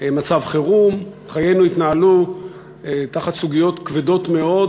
מצב חירום, חיינו התנהלו תחת סוגיות כבדות מאוד,